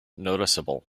noticeable